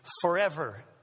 forever